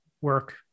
work